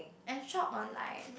I shop online